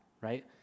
right